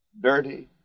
dirty